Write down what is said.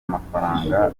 mafaranga